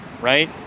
right